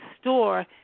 store